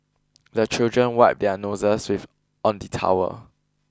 the children wipe their noses with on the towel